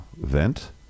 vent